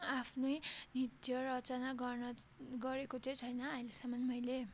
आफ्नै नृत्य रचना गर्न गरेको चाहिँ छैन अहिलेसम्म मैले